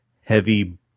heavy